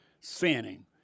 sinning